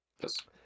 Yes